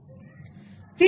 এটা আসলে অলসতা নয়